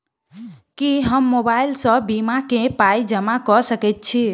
की हम मोबाइल सअ बीमा केँ पाई जमा कऽ सकैत छी?